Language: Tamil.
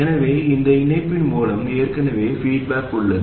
எனவே இந்த இணைப்பின் மூலம் ஏற்கனவே பீட்பாக் உள்ளது